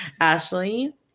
Ashley